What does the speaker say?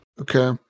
Okay